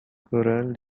coral